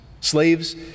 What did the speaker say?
slaves